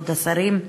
כבוד השרים,